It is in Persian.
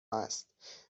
است